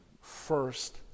first